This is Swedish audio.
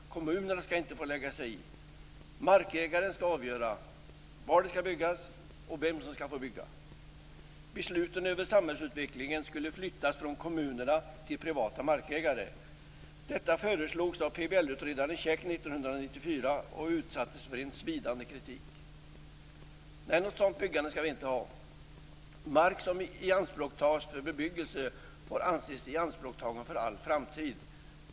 Kommunerna skall inte få lägga sig i. Markägaren skall avgöra var det skall byggas och vem som skall få bygga. Besluten över samhällsutvecklingen skulle flyttas från kommunerna till privata markägare. Detta föreslogs av PBL-utredare Käck 1994 och utsattes för en svidande kritik. Nej, något sådant byggande skall vi inte ha. Mark som ianspråktas för bebyggelse får anses ianspråktagen för all framtid.